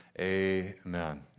amen